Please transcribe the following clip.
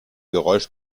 geräusch